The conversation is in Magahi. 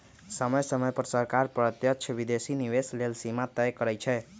समय समय पर सरकार प्रत्यक्ष विदेशी निवेश लेल सीमा तय करइ छै